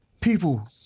people